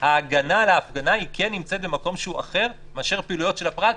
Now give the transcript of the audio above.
ההגנה על ההפגנה היא כן נמצאת במקום שהוא אחר מאשר הפעילויות של הפרט,